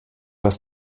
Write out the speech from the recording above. das